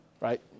right